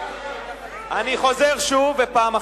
אני חוזר שוב, ופעם אחרונה: